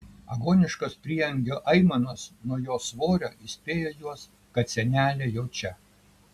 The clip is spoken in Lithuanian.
agoniškos prieangio aimanos nuo jos svorio įspėjo juos kad senelė jau čia